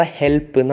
help